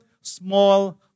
small